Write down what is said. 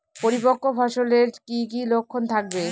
পরিপক্ক ফসলের কি কি লক্ষণ থাকবে?